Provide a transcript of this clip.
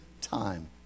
time